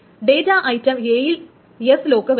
data item a യിൽ S lock വരുന്നു